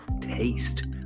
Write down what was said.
taste